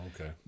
Okay